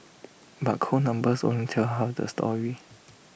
but cold numbers only tell half the story